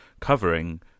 covering